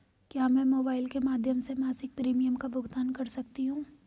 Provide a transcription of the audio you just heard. क्या मैं मोबाइल के माध्यम से मासिक प्रिमियम का भुगतान कर सकती हूँ?